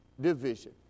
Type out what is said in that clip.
division